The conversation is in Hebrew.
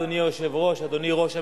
אדוני היושב-ראש, אדוני ראש הממשלה,